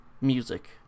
music